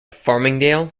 farmingdale